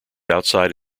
outside